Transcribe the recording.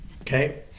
okay